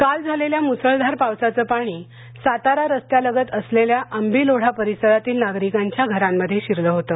संघ काल झालेल्या मुसळधार पावसाचं पाणी सातारा रस्त्यालगत असलेल्या अंबिल ओढा परिसरातील नागरिकांच्या घरांमध्ये शिरलं होते